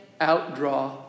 outdraw